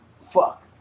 Fuck